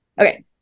okay